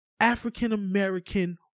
African-American